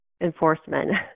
enforcement